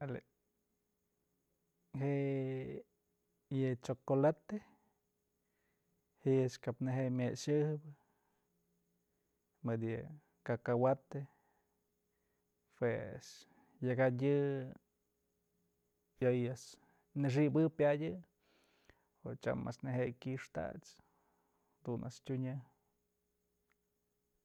Jale, je'e yë chocolate ji'i a'ax kap nëje'e myëxë mëdë yë cacahuate jua a'ax yak jadyë ayoy a'ax naxi'ibë pyadyë o tyam a'ax neje'e kyxtach dun a'ax tyunyë.